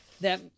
that-